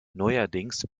neuerdings